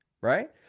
right